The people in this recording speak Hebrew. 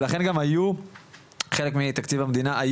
ולכן גם היו חלק מתקציב המדינה,